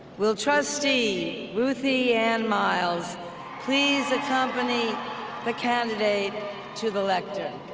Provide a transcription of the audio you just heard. will trustee ruthie ann miles please accompany the candidate to the lecturn?